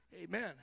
Amen